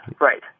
right